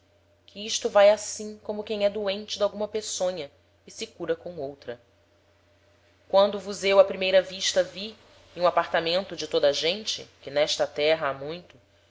que isto vae assim como quem é doente d'alguma peçonha e se cura com outra quando vos eu á primeira vista vi em o apartamento de toda a gente